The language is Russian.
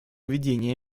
видения